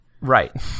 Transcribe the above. Right